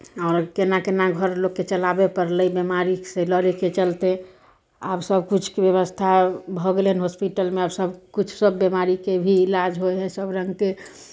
आओर केना केना घर लोकके चलाबय पड़लै बिमारीसँ लड़यके चलतै आब सभकिछुके व्यवस्था भऽ गेलै हन हॉस्पिटलमे आब सभकुिछु सभ बिमारीके भी इलाज होइ हइ सभ रङ्गके